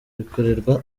bikorerwa